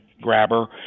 grabber